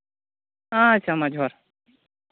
ᱟᱪᱪᱷᱟ ᱢᱟ ᱡᱚᱦᱟᱨ